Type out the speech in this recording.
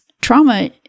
trauma